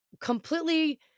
completely